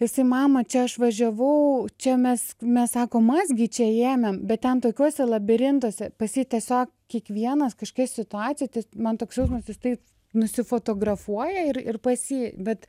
jisai mama čia aš važiavau čia mes mes sako mazgį čia ėmėm bet ten tokiuose labirintuose pas jį tiesiog kiekvienas kažkokioj situacijoj tas man toks jausmas jis taip nusifotografuoja ir ir pasi bet